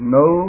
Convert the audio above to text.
no